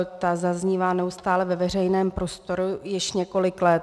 Ta zaznívá neustále ve veřejném prostoru již několik let.